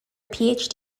phd